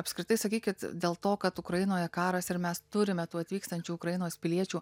apskritai sakykit dėl to kad ukrainoje karas ir mes turime tų atvykstančių ukrainos piliečių